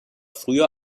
früher